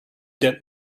that